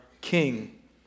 king